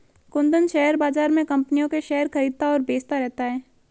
Kundan share बाज़ार में कम्पनियों के शेयर खरीदता और बेचता रहता है